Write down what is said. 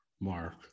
mark